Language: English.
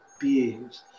beings